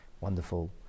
wonderful